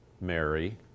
Mary